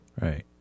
Right